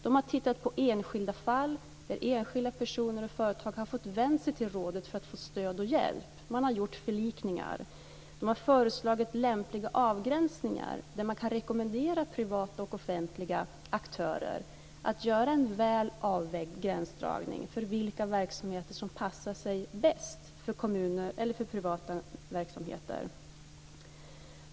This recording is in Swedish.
De har tittat på enskilda fall där enskilda personer och företag har fått vända sig till rådet för att få stöd och hjälp. Man har gjort förlikningar. De har föreslagit lämpliga avgränsningar där man rekommenderar en väl avvägd gränsdragning för vilka verksamheter som passar bäst för kommunala eller privata aktörer.